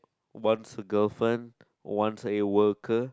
one's a girlfriend one's a worker